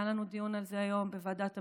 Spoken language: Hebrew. היה לנו דיון על זה היום בוועדת הבריאות,